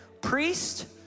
priest